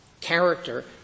character